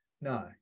No